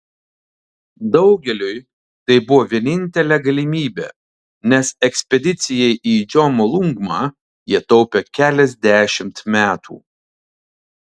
daugeliui tai buvo vienintelė galimybė nes ekspedicijai į džomolungmą jie taupė keliasdešimt metų